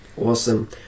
Awesome